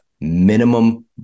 minimum